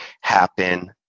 happen